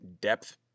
depth